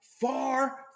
far